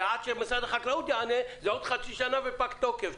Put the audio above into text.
ועד שמשרד החקלאות יענה, זה עוד חצי שנה ופג תוקף.